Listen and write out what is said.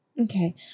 Okay